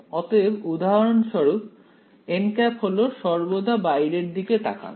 অতএব উদাহরণস্বরূপ হল সর্বদা বাইরের দিকে তাকানো